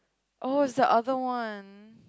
oh it's the other one